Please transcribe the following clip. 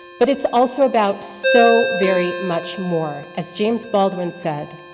but it's also about so very much more. as james baldwin said,